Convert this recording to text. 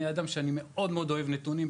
אני אדם שמאוד אוהב נתונים.